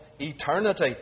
eternity